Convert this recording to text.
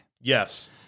Yes